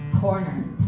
corner